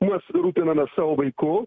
mes rūpinamės savo vaiku